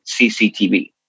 CCTV